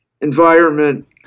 environment